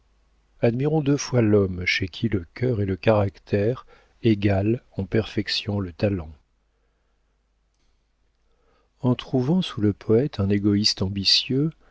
admirons deux fois l'homme chez qui le cœur et le caractère égalent en perfection le talent en trouvant sous le poëte un égoïste ambitieux